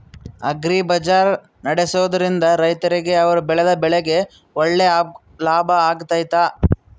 Agri bazaar ನಡೆಸ್ದೊರಿಂದ ರೈತರಿಗೆ ಅವರು ಬೆಳೆದ ಬೆಳೆಗೆ ಒಳ್ಳೆ ಲಾಭ ಆಗ್ತೈತಾ?